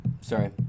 Sorry